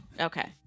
Okay